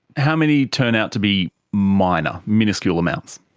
how many turn out to be minor? minuscule amounts?